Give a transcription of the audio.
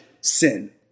sin